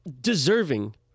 deserving